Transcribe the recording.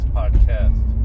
podcast